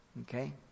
Okay